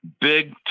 Big